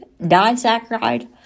disaccharide